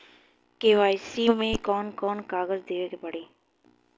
KYC मे कौन कौन कागज देवे के पड़ी?